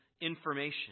information